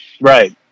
Right